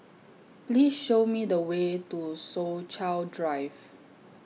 Please Show Me The Way to Soo Chow Drive